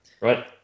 Right